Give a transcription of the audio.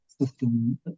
system